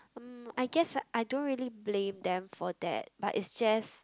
mm I guess I don't really blame them for that but it's just